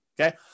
okay